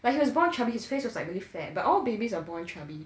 like he was born chubby his face was like really fat but all babies are born chubby